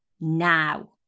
now